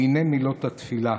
והינה מילות התפילה: